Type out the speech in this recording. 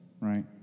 right